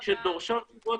שדורשות תשובות,